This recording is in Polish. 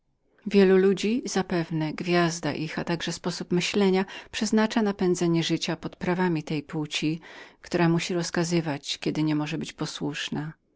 wielu ludzi zapewne gwiazda ich a raczej sposób myślenia przeznacza na pędzenie życia pod prawami tej płci która musi rozkazywać kiedy nie może być posłuszną